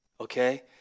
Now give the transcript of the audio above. okay